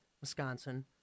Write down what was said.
Wisconsin